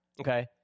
Okay